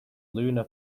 lunar